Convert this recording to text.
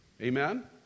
Amen